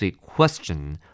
question